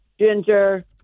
ginger